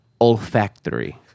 olfactory